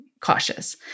cautious